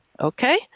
okay